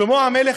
שלמה המלך,